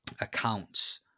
accounts